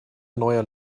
neue